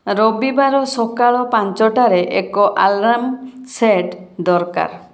ରବିବାର ସକାଳ ପାଞ୍ଚଟାରେ ଏକ ଆଲାର୍ମ ସେଟ୍ ଦରକାର